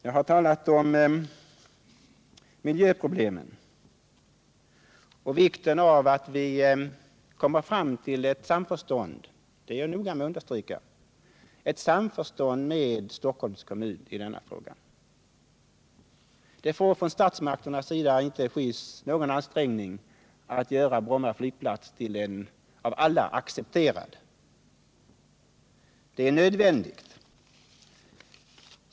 Jag har talat om miljöproblemen och noga understrukit vikten av att komma fram till ett samförstånd med Stockholms kommun i frågan. Statsmakterna får inte sky någon ansträngning för att göra Bromma flygplats till en av alla accepterad flygplats. Detta är nödvändigt!